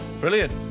Brilliant